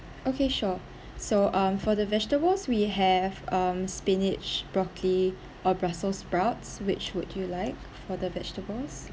okay sure so um for the vegetables we have um spinach broccoli or brussels sprouts which would you like for the vegetables